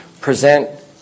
present